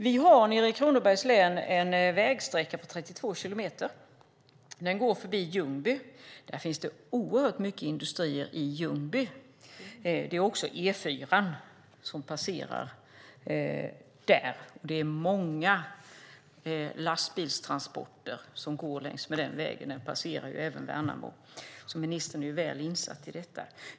Vi har nere i Kronobergs län en vägsträcka på 32 kilometer förbi Ljungby, där det finns oerhört mycket industrier. Den passerar även Värnamo, så ministern är väl insatt i detta.